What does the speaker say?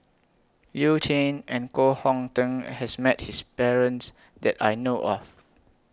YOU Jin and Koh Hong Teng has Met His Parents that I know of